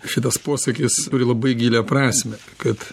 šitas posakis turi labai gilią prasmę kad